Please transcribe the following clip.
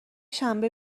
شنبه